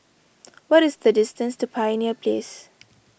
what is the distance to Pioneer Place